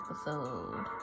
episode